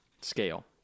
Scale